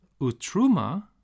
utruma